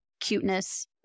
cuteness